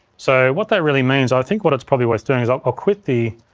so, what that really means, i think what it's probably worth doing is i'll quit the,